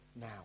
now